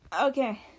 Okay